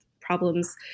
problems